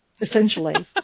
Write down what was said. essentially